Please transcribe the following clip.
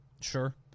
sure